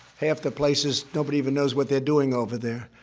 half the places, nobody even knows what they're doing over there.